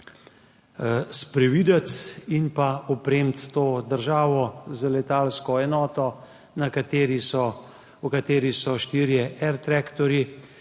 sprevideti in opremiti to državo z letalsko enoto, v kateri so štiri letala air tractor,